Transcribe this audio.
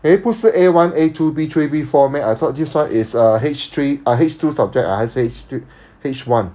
eh 不是 A one A two B three B four meh I thought this one is a H three uh H two subject ah 还是 H two H one